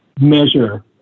measure